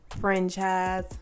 Franchise